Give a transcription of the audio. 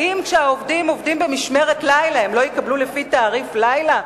האם כשהעובדים עובדים במשמרת לילה הם לא יקבלו לפי תעריף לילה?